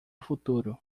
futuro